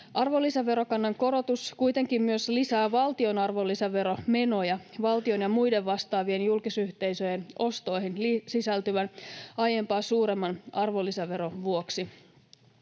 Arvonlisäverokannan korotus kuitenkin myös lisää valtion arvonlisäveromenoja valtion ja muiden vastaavien julkisyhteisöjen ostoihin sisältyvän, aiempaa suuremman arvonlisäveron vuoksi.